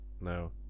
no